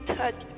touch